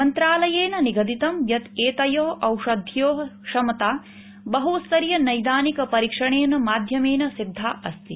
मन्त्रालयेन निगदितं यत् एतयो औषध्योः क्षमता बहु स्तरीय नैदानिक परीक्षणेन माध्यमेन सिद्धा अस्ति